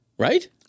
Right